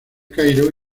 cairo